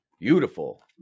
beautiful